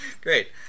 great